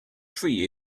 tree